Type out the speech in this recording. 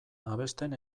abesten